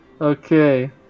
Okay